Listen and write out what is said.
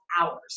hours